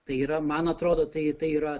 tai yra man atrodo tai tai yra